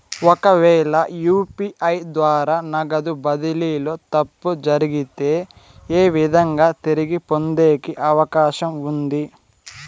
ఒకవేల యు.పి.ఐ ద్వారా నగదు బదిలీలో తప్పు జరిగితే, ఏ విధంగా తిరిగి పొందేకి అవకాశం ఉంది?